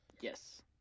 Yes